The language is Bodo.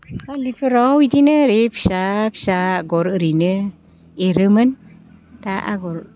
फालिफोराव बिदिनो ओरैनो फिसा फिसा आगर ओरैनो एरोमोन दा आगर